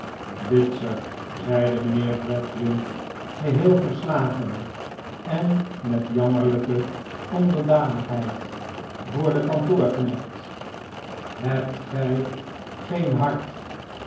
bitzer zeide mijnheer gradgrind geheel verslagen en met jarnmerlijke onderdanigheid voor den kantoorknecht hebt gij een hart